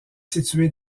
située